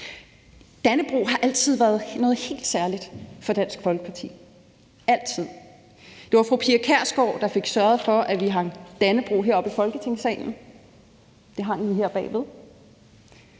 Dannebrog har altid været noget helt særligt for Dansk Folkeparti – altid. Det var fru Pia Kjærsgaard, der fik sørget for, at vi hængte Dannebrog op her i Folketingssalen; det hang jo her bagved.